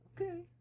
Okay